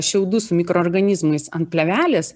šiaudus su mikroorganizmais ant plėvelės